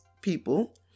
people